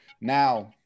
Now